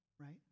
right